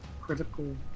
Critical